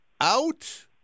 out